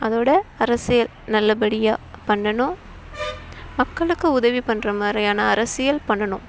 அதோட அரசியல் நல்லபடியாக பண்ணணும் மக்களுக்கு உதவி பண்ணுற மாதிரியான அரசியல் பண்ணணும்